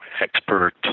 expert